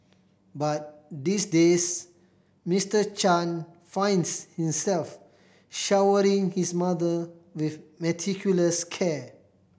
but these days Mister Chan finds himself showering his mother with meticulous care